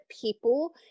people